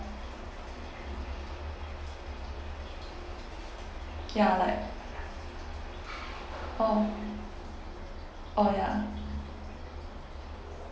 ya like orh orh ya